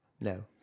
no